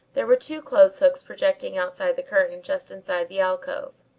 there were two clothes-hooks projecting outside the curtain just inside the alcove.